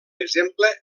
exemple